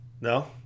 no